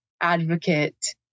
advocate